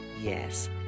Yes